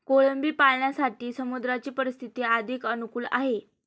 कोळंबी पालनासाठी समुद्राची परिस्थिती अधिक अनुकूल आहे